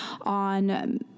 on